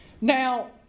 Now